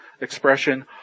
Expression